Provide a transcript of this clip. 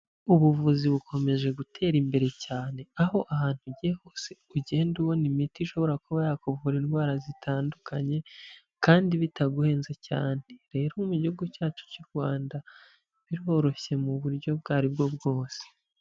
Ubuvuzi bukomeje gutera imbere cyane aho ahantu ugiye hose ugenda ubona imiti ishobora kuba yakuvura indwara zitandukanye kandi bitaguhenze cyane. Rero mu gihugu cyacu cy'u Rwanda biroroshye mu buryo ubwo ari bwo bwose.